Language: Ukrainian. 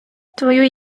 твою